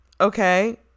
okay